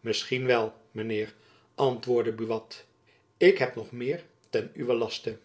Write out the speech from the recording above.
misschien wel mijn heer antwoordde buat ik heb nog meer ten uwen laste